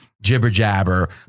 jibber-jabber